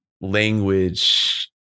language